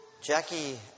Jackie